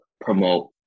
promote